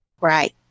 Right